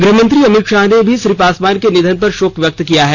गृहमंत्री अमित शाह ने भी श्री पासवान के निधन पर शोक व्यक्त किया है